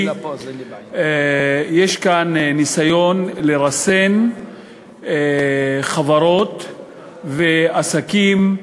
יש כאן ניסיון לרסן חברות ועסקים,